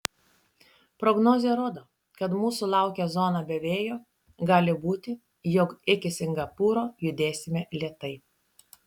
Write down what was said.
prognozė rodo kad mūsų laukia zona be vėjo gali būti jog iki singapūro judėsime lėtai